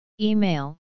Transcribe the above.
Email